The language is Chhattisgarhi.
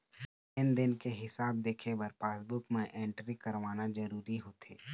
लेन देन के हिसाब देखे बर पासबूक म एंटरी करवाना जरूरी होथे